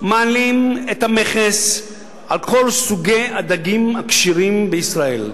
מעלים את המכס על כל סוגי הדגים הכשרים בישראל.